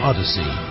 Odyssey